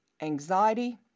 anxiety